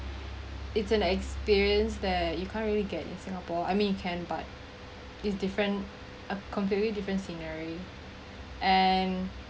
it's an experience that you can't really get in singapore I mean you can but it's different uh completely different scenery and